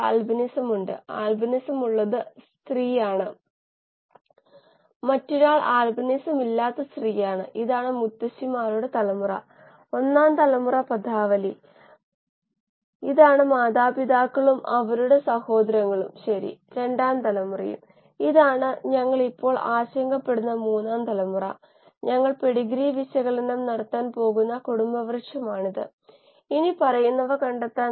എഞ്ചിനീയറിംഗിൽ ഇത് യഥാർത്ഥത്തിൽ മെറ്റീരിയൽ എനർജി ബാലൻസുകൾ അല്ലെങ്കിൽ ബഹുജന സംരക്ഷണ തത്വത്തെയും ഊർജ്ജ സംരക്ഷണ തത്വത്തെയും അടിസ്ഥാനമാക്കിയുള്ളവയെ സൂചിപ്പിക്കുന്നു എഞ്ചിനീയറിംഗിലെ സ്റ്റോകിയോമെട്രി എന്ന് വിളിക്കുന്നത് അതാണ്